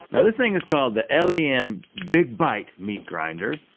now this thing is called the lem big bite meat grinder.